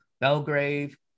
Belgrave